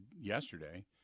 yesterday